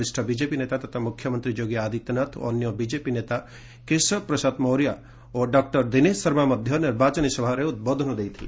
ବରିଷ୍ଠ ବିଜେପି ନେତା ତଥା ମୁଖ୍ୟମନ୍ତ୍ରୀ ଯୋଗୀ ଆଦିତ୍ୟନାଥ ଓ ଅନ୍ୟ ବିଜେପି ନେତା କେଶବ ପ୍ରସାଦ ମୌର୍ୟା ଓ ଡକ୍ଟର ଦିନେଶ ଶର୍ମା ମଧ୍ୟ ନିର୍ବାଚନୀ ସଭାରେ ଉଦ୍ବୋଧନ ଦେଇଥିଲେ